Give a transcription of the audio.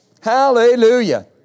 Hallelujah